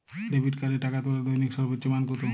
Debit কার্ডে টাকা তোলার দৈনিক সর্বোচ্চ মান কতো?